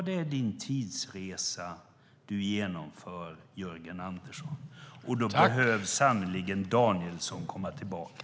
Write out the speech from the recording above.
Det är den tidsresa du genomför, Jörgen Andersson, och då behöver sannerligen Danielsson komma tillbaka.